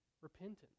repentance